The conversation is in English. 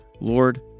Lord